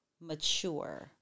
mature